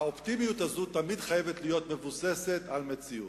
האופטימיות הזאת תמיד חייבת להיות מבוססת על מציאות,